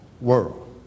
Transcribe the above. world